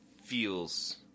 feels